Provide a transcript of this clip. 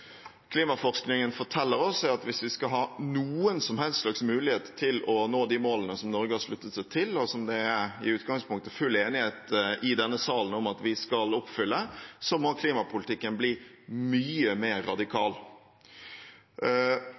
klimaforskningen forteller oss, er at hvis vi skal ha noen som helst slags mulighet til å nå de målene som Norge har sluttet seg til, og som det i utgangspunktet er full enighet i denne salen om at vi skal oppfylle, må klimapolitikken bli mye mer radikal.